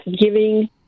giving